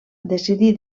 decidí